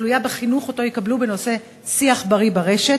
תלויים בחינוך שהם יקבלו בנושא שיח בריא ברשת.